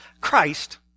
Christ